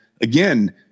again